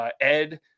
Ed